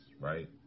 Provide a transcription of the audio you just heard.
Right